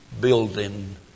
building